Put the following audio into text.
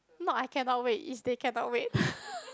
not I cannot wait is they cannot wait